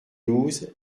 douze